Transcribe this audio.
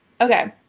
Okay